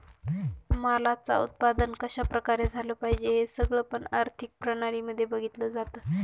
मालाच उत्पादन कशा प्रकारे झालं पाहिजे हे सगळं पण आर्थिक प्रणाली मध्ये बघितलं जातं